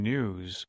News